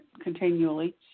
continually